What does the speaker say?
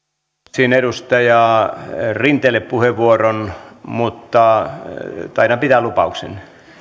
lupasin edustaja rinteelle puheenvuoron mutta taidan pitää lupaukseni